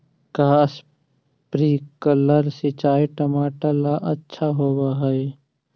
का स्प्रिंकलर सिंचाई टमाटर ला अच्छा होव हई?